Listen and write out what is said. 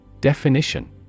Definition